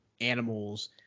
animals